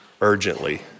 urgently